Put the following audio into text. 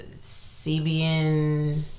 cbn